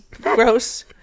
Gross